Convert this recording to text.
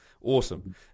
Awesome